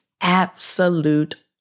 absolute